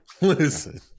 listen